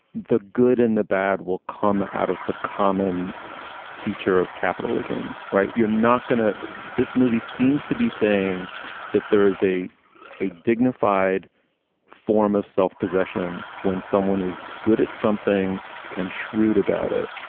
the good and the bad will come out of the common feature of capitalism. right. you're not going to this movie seems to be saying that there is a a dignified form of self possession when someone is good at something and shrewd about it.